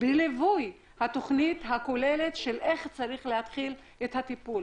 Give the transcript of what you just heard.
בליווי התכנית הכוללת של התחלת הטיפול.